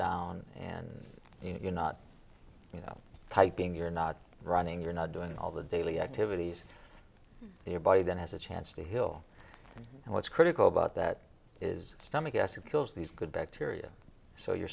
down and you know you're not typing you're not running you're not doing all the daily activities your body then has a chance to heal and what's critical about that is stomach acid kills these good bacteria so your